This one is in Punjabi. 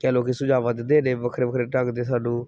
ਕਹਿ ਲਓ ਕਿ ਸੁਝਾਵਾਂ ਦਿੰਨੇ ਨੇ ਵੱਖਰੇ ਵੱਖਰੇ ਢੰਗ ਦੇ ਸਾਨੂੰ